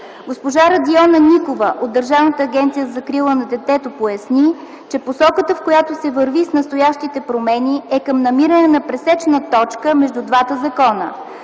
Госпожа Радиона Никова от Държавната агенция за закрила на детето поясни, че посоката, в която се върви с настоящите промени, е към намиране на пресечна точка между двата закона.